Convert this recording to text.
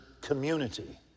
community